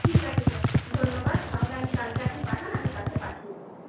ঠিক আছে স্যার ধন্যবাদ তাহলে আমি কালকে আপনি পাঠান আমি কালকে পাঠিয়ে দেবো